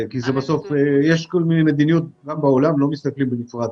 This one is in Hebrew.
גם בעולם לא מסתכלים בצורה הזו.